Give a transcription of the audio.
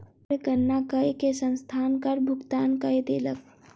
कर गणना कय के संस्थान कर भुगतान कय देलक